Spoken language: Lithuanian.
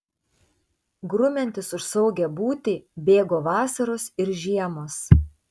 grumiantis už saugią būtį bėgo vasaros ir žiemos